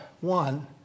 one